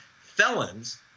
felons